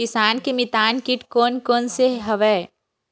किसान के मितान कीट कोन कोन से हवय?